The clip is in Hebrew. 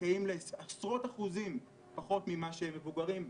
זכאים לעשרות אחוזים פחות לעומת מבוגרים.